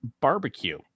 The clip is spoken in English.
barbecue